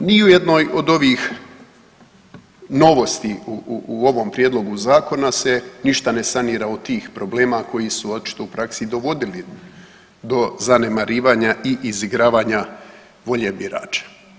Ni u jednoj od ovih novosti u ovom prijedlogu zakona se ništa ne sanira od tih problema koji su očito u praksi dovodili do zanemarivanja i izigravanja volje birača.